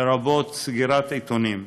לרבות סגירת עיתונים.